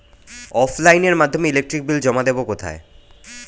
অফলাইনে এর মাধ্যমে ইলেকট্রিক বিল জমা দেবো কোথায়?